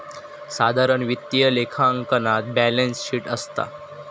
साधारण वित्तीय लेखांकनात बॅलेंस शीट असता